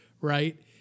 right